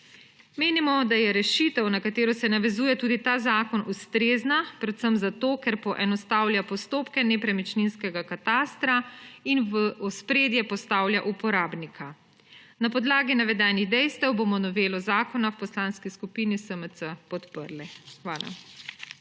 Menimo, da je rešitev, na katero se navezuje tudi ta zakon, ustrezna predvsem zato, ker poenostavlja postopke nepremičninskega katastra in v ospredje postavlja uporabnika. Na podlagi navedenih dejstev bomo novelo zakona v Poslanski skupini SMC podprli. Hvala.